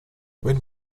when